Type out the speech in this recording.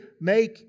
make